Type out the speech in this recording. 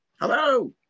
Hello